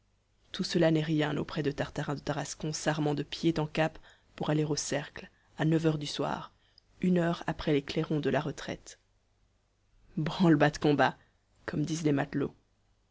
tout cela n'est rien auprès de tartarin de tarascon s'armant de pied en cap pour aller au cercle à neuf heures du soir une heure après les clairons de la retraite branle has de combat comme disent les matelots